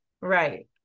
Right